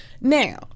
Now